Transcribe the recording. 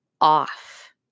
off